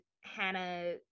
Hannah